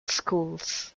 schools